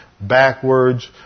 backwards